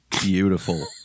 Beautiful